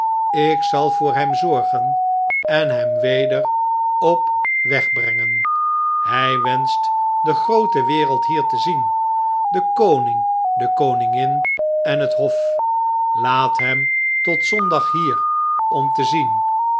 ik zal voor hem zorgen en hem weder op weg brengen hjj wenscht de groote wereld hier te zien den koning de koningin en het hof laat hem tot zondag hier om ze te zien